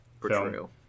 portrayal